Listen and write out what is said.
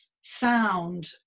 sound